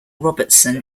robertson